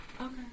Okay